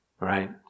right